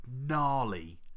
gnarly